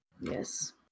Yes